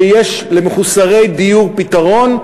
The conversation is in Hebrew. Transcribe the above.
שיש למחוסרי דיור פתרון,